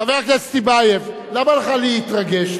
חבר הכנסת טיבייב, למה לך להתרגש?